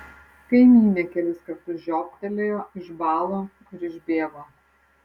kaimynė kelis kartus žiobtelėjo išbalo ir išbėgo